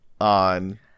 on